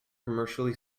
commercially